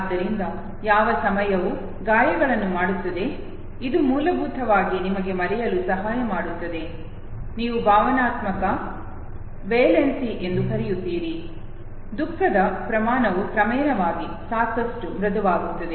ಆದ್ದರಿಂದ ಯಾವ ಸಮಯವು ಗಾಯಗಳನ್ನು ಮಾಡುತ್ತದೆ ಇದು ಮೂಲಭೂತವಾಗಿ ನಿಮಗೆ ಮರೆಯಲು ಸಹಾಯ ಮಾಡುತ್ತದೆ ನೀವು ಭಾವನಾತ್ಮಕ ವೇಲೆನ್ಸಿ ಎಂದು ಕರೆಯುತ್ತೀರಿ ದುಃಖದ ಪ್ರಮಾಣವು ಕ್ರಮೇಣವಾಗಿ ಸಾಕಷ್ಟು ಮೃದುವಾಗುತ್ತದೆ